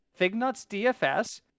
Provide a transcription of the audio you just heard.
fignutsdfs